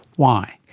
why?